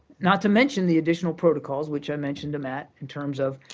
not to mention the additional protocols, which i mentioned to matt, in terms of